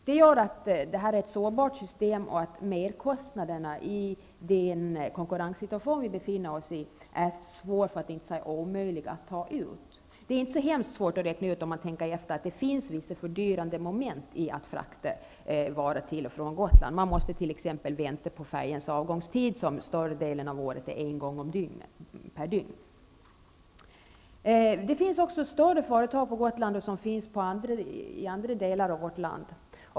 Det medför att det här är ett sårbart system och att merkostnaderna i den konkurrenssituation vi befinner oss i är svåra, för att inte säga omöjliga, att ta ut. Om man tänker efter är det inte så svårt att räkna ut att det finns vissa fördyrande moment när man fraktar varor till och från Gotland. Man måste t.ex. vänta på färjans avgångstid, som större delen av året inträffar en gång per dygn. Det finns stora företag på Gotland som även finns i andra delar av vårt land.